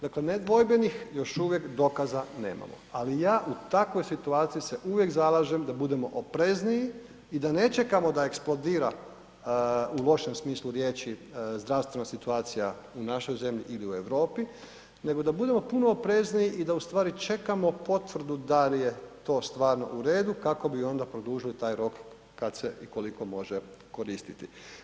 Dakle, nedvojbenih još uvijek dokaza nemamo, ali ja u takvoj situaciji se uvijek zalažem da budemo oprezniji i da ne čekamo da eksplodira u lošem smislu riječi, zdravstvena situacija u našoj zemlji ili u Europi, nego da budemo puno oprezniji i da ustvari čekamo potvrdu da li je to stvarno u redu kako bi onda produžili taj rok kad se i koliko može koristiti.